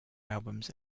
albums